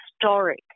historic